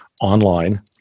online